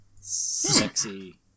Sexy